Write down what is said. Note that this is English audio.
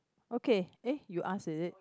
okay eh you ask is it